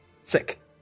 Sick